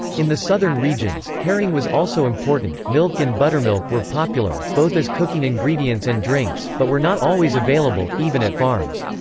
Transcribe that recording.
in the southern regions, herring was also important milk and buttermilk were popular, both as cooking ingredients and drinks, but were not always available, even at farms.